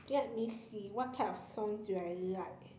let me see what type of songs do I like